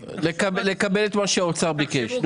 לקבל את מה שהאוצר ביקש.